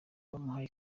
bamuhaye